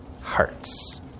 hearts